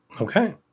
Okay